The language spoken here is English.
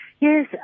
Yes